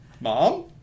mom